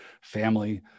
family